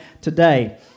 today